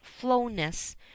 flowness